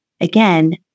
again